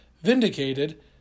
vindicated